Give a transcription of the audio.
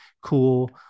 cool